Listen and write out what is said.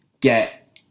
get